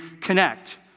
connect